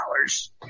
dollars